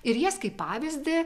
ir jas kaip pavyzdį